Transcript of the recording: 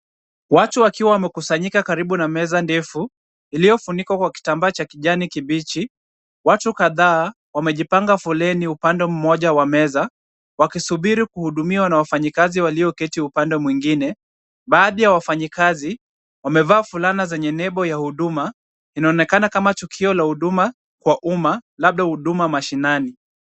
Watu wakiwa wamekusanyika karibu na meza ndefu, iliyofunikwa kwa kitambaa cha kijani kibichi. Watu kadhaa wamejipanga foleni upande mmoja wa meza wakisubiri kuhudumiwa na wafanyikazi walioketi upande mwingine. Baadhi ya wafanyikazi wamevaa fulana zenye nembo ya huduma. Inaonekana kama tukio la huduma kwa umma labda huduma mashinani.